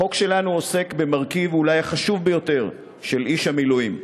החוק שלנו עוסק במרכיב אולי החשוב ביותר של איש המילואים,